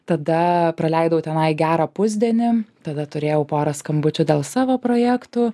tada praleidau tenai gerą pusdienį tada turėjau porą skambučių dėl savo projektų